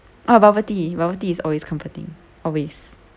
uh bubble tea bubble tea is always comforting always